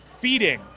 feeding